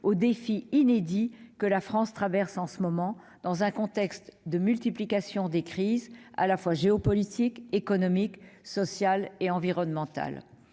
aux défis inédits auxquels la France fait face en ce moment, dans un contexte de multiplication des crises à la fois géopolitiques, économiques, sociales, environnementales